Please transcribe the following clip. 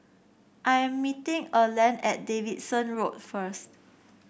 I am meeting Erland at Davidson Road first